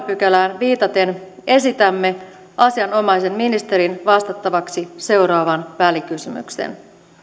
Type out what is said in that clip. pykälään viitaten esitämme asianomaisen ministerin vastattavaksi seuraavan välikysymyksen